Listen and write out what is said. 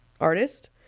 artist